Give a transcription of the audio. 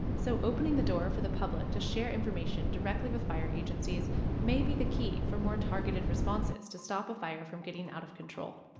so opening the door for the public to share information directly with fire agencies may be the key for more targeted responses to stop a fire from getting out of control.